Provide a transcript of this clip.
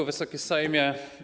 Wysoki Sejmie!